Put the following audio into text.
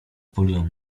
polują